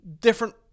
Different